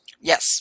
Yes